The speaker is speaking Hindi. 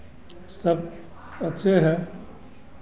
सब अच्छे है